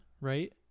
right